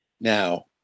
now